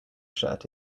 shirt